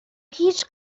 هیچ